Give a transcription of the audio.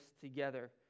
together